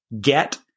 Get